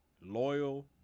loyal